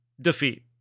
defeat